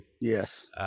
Yes